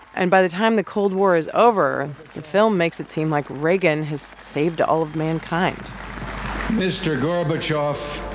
and by the time the cold war is over, the film makes it seem like reagan has saved all of mankind mr. gorbachev,